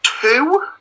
two